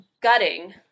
gutting